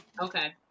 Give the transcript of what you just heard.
Okay